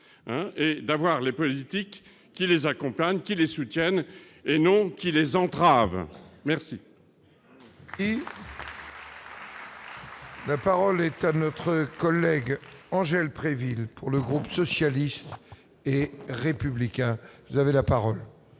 et d'avoir les politiques qui les accompagnent, qui les soutiennent et non qui les entravent merci. La parole est à notre collègue Angèle Préville pour le groupe socialiste et républicain, vous avez la parole.